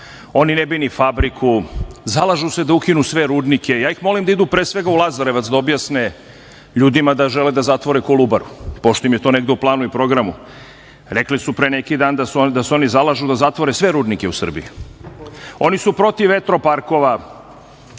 oni ne bi ni fabriku, zalažu se da ukinu sve rudnike. Ja ih molim da idu, pre svega, u Lazarevac da objasne ljudima da žele da zatvore Kolubaru, pošto im je to negde u planu i programu. Rekli su pre neki dan da se oni zalažu da zatvore sve rudnike u Srbiji. Oni su protiv vetro-parkova.